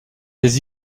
des